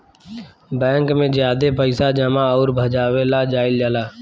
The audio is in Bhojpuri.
बैंक में ज्यादे पइसा जमा अउर भजावे ला जाईल जाला